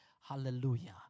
Hallelujah